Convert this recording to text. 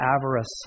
avarice